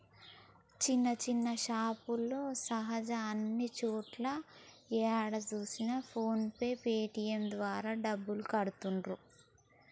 చిన్న చిన్న షాపులతో సహా అన్ని చోట్లా ఏడ చూసినా ఫోన్ పే పేటీఎం ద్వారా డబ్బులు కడతాండ్రు